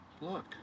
look